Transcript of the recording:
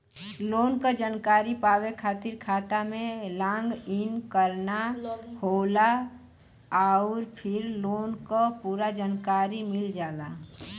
loan क जानकारी पावे खातिर खाता में लॉग इन करना होला आउर फिर लोन क पूरा जानकारी मिल जाला